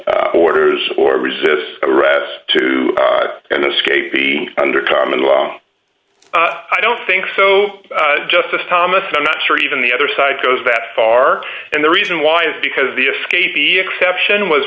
orders or resist arrest too and the scape be under common law i don't think so justice thomas i'm not sure even the other side goes that far and the reason why is because the escapee exception was